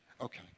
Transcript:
Okay